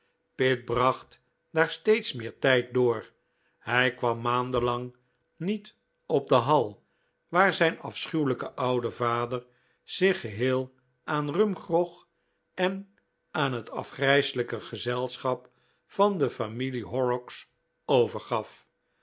pitt bracht daar steeds meer tijd door hij kwam maanden lang niet op de hall waar zijn afschuwelijke oude vader zich geheel aan rumgrog en aan het afgrijselijke gezelschap van de familie horrocks overgaf